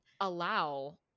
allow